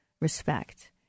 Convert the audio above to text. respect